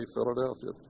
Philadelphia